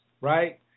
right